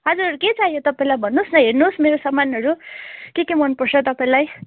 हजुर के चाहियो तपाईँलाई भन्नुहोस् न हेर्नुहोस् मेरो सामानहरू के के मनपर्छ तपाईँलाई